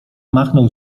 machnął